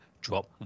drop